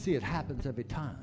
see it happens every time